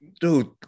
dude